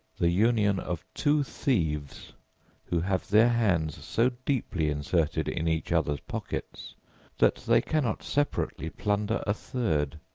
the union of two thieves who have their hands so deeply inserted in each other's pockets that they cannot separately plunder a third.